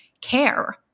care